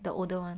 ya the older one